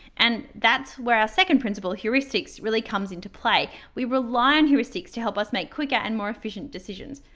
and that's where our second principle, heuristics, really comes into play. we rely on heuristics to help us make quicker and more efficient decisions.